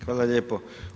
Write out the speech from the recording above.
Hvala lijepo.